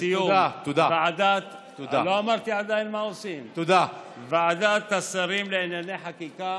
לא אמרתי עדיין מה עושים: ועדת השרים לענייני חקיקה